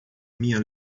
minha